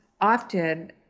often